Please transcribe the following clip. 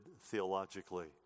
theologically